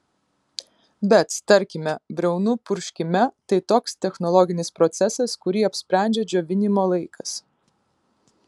bet tarkime briaunų purškime tai toks technologinis procesas kurį apsprendžia džiovinimo laikas